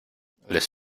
les